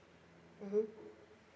mm